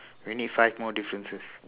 we need five more differences